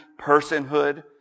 personhood